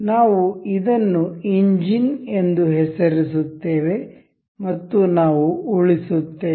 ನಾವು ಇದನ್ನು ಇಂಜಿನ್ ಎಂದು ಹೆಸರಿಸುತ್ತೇವೆ ಮತ್ತು ನಾವು ಉಳಿಸುತ್ತೇವೆ